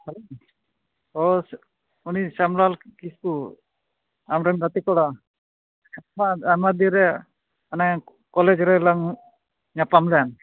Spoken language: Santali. ᱦᱮᱞᱳ ᱚᱸᱻ ᱩᱱᱤ ᱥᱮᱢᱞᱟᱞ ᱠᱤᱥᱠᱩ ᱟᱢ ᱨᱮᱱ ᱜᱟᱛᱮ ᱠᱚᱲᱟ ᱟᱭᱢᱟ ᱟᱭᱢᱟ ᱫᱤᱱ ᱨᱮ ᱚᱱᱮ ᱠᱚᱞᱮᱡᱽ ᱨᱮᱞᱟᱝ ᱧᱟᱯᱟᱢ ᱞᱮᱱ